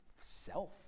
self